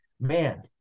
man